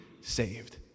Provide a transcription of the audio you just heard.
saved